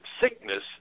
sickness